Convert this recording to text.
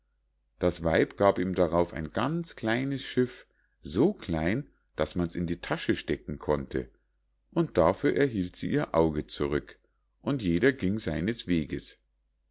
das weib gab ihm darauf ein ganz kleines schiff so klein daß man's in die tasche stecken konnte und dafür erhielt sie ihr auge zurück und jeder ging seines weges